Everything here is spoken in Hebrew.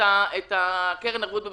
אנחנו